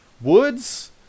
Woods